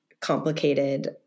complicated